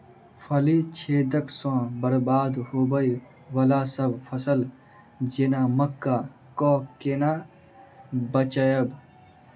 फली छेदक सँ बरबाद होबय वलासभ फसल जेना मक्का कऽ केना बचयब?